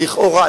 לכאורה,